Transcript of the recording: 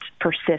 persist